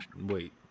Wait